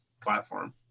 platform